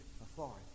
authority